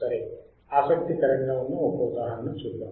సరే ఆసక్తికరంగా ఉన్న ఒక ఉదాహరణ చూద్దాం